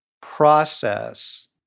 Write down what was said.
process